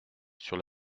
sur